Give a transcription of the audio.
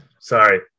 Sorry